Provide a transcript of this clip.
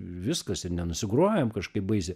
viskas ir nenusigrojom kažkaip baisiai